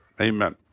Amen